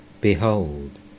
Behold